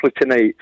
tonight